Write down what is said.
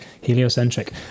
Heliocentric